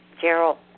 Gerald